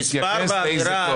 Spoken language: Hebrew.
שמתייחס לאיזה קובץ.